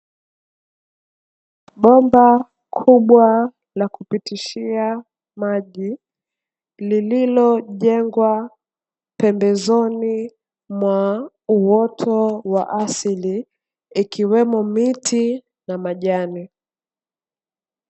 Bomba kubwa la kupitishia maji, lililojengwa pembezoni mwa uoto wa asili, ikiwemo miti na majani.